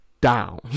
down